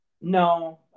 No